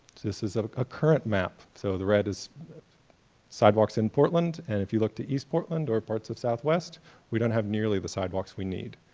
this is a ah current map so the red is sidewalks in portland and if you look to east portland or parts of southwest we don't have nearly the sidewalks we need.